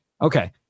Okay